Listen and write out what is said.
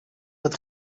het